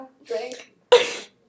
Drink